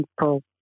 people